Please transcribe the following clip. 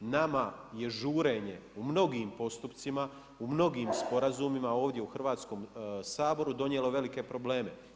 Nama je žurenje u mnogim postupcima u mnogim sporazumima ovdje u Hrvatskom saboru donijelo velike probleme.